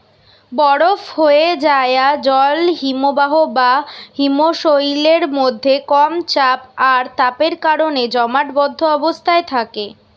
বরফ হোয়ে যায়া জল হিমবাহ বা হিমশৈলের মধ্যে কম চাপ আর তাপের কারণে জমাটবদ্ধ অবস্থায় থাকে